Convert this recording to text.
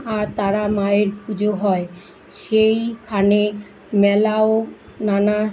আর তারা মায়ের পুজো হয় সেইখানে মেলা ও নানা